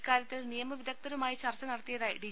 ഇക്കാര്യത്തിൽ നിയ മവിദഗ്ധരുമായി ചർച്ച നടത്തിയതായി ഡി